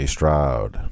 Stroud